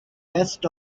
rest